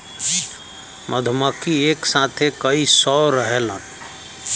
मधुमक्खी एक साथे कई सौ रहेलन